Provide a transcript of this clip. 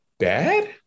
bad